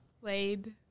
played